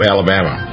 Alabama